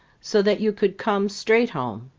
so that you could come straight home.